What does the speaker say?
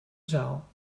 zaal